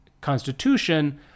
Constitution